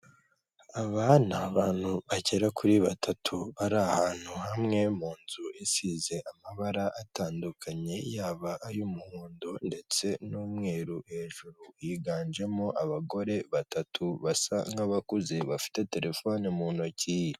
Aba ni abantu bagera kuri batatu bari ahantu hamwe mu nzu isize amabara atandukanye, yaba ay'umuhondo ndetse n'umweru hejuru, higanjemo abagore batatu basa nkabakuze bafite telefoni mu ntoki.